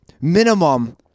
minimum